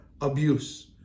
abuse